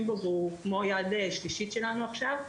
בו והוא כמו יד שלישית שלנו עכשיו,